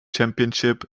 championship